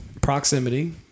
proximity